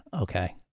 okay